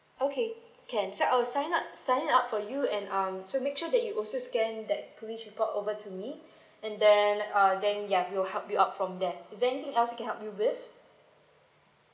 okay can so I will sign up sign it up for you and um so make sure that you also scan that police report over to me and then uh then ya we will help you out from there is there anything else I can help you with